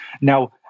now